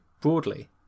broadly